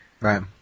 right